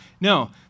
No